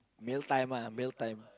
mealtime ah mealtime